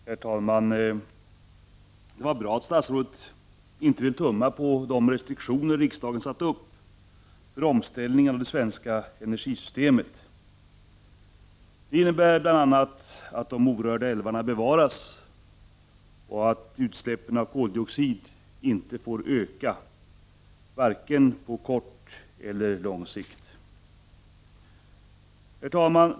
Herr talman! Det var bra att statsrådet inte ville tumma på de restriktioner som riksdagen har satt upp för omställning av det svenska energisystemet. Det innebär bl.a. att de orörda älvarna bevaras och att utsläppen av koldioxid inte får öka, vare sig på kort eller på lång sikt. Herr talman!